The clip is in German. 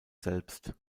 selbst